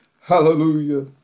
Hallelujah